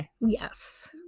Yes